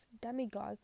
demigods